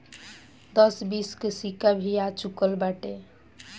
दस बीस के भी सिक्का आ चूकल बाटे